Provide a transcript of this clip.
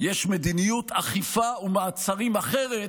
יש מדיניות אכיפה ומעצרים אחרת